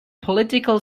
political